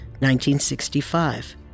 1965